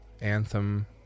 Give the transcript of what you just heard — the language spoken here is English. Anthem